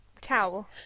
towel